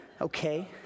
Okay